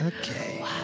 Okay